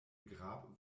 grab